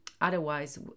otherwise